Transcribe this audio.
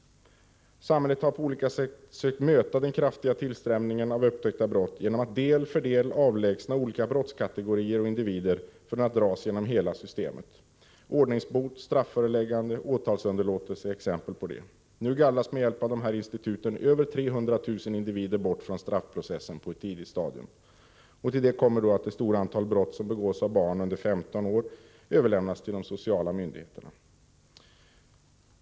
Samhället har på olika sätt sökt möta den kraftiga tillströmningen av upptäckta brott genom att del för del avlägsna olika brottskategorier och individer från att dras genom hela det straffrättsliga systemet. Ordningsbot, strafföreläggande, åtalsunderlåtelse är exempel härpå. Nu gallras med hjälp av dessa institut över 300 000 individer bort från straffprocessen på ett tidigt stadium. Därtill kommer att det stora antal brott som begås av barn under 15 år överlämnas till de sociala myndigheterna.